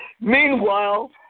meanwhile